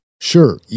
Sure